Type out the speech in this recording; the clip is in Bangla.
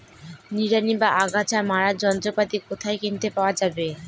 নিড়ানি বা আগাছা মারার যন্ত্রপাতি কোথায় কিনতে পাওয়া যাবে?